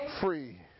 Free